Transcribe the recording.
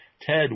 Ted